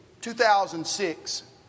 2006